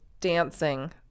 dancing